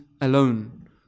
alone